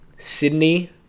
Sydney